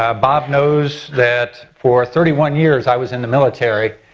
ah bob knows that for thirty one years i was in the military,